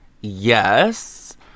yes